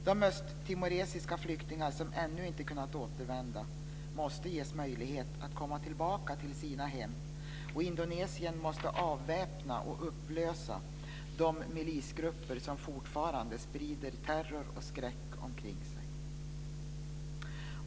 De östtimorianska flyktingar som ännu inte kunnat återvända måste ges möjlighet att komma tillbaka till sina hem, och Indonesien måste avväpna och upplösa de milisgrupper som fortfarande sprider terror och skräck omkring sig.